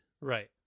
Right